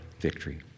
victory